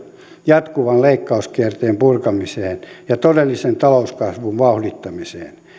jatkuvan leikkauskierteen purkamiseen ja todellisen talouskasvun vauhdittamiseen